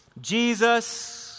Jesus